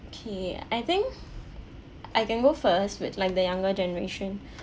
okay I think I can go first with like the younger generation